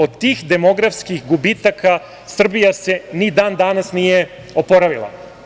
Od tih demografskih gubitaka, Srbija se ni dan danas nije oporavila.